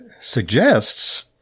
suggests